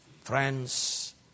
Friends